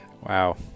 wow